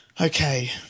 Okay